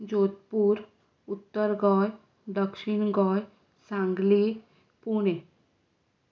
जोदपूर उत्तर गोंय दक्षीण गोंय सांगली पुणे